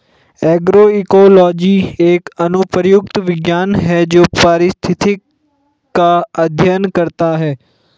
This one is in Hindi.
एग्रोइकोलॉजी एक अनुप्रयुक्त विज्ञान है जो पारिस्थितिक का अध्ययन करता है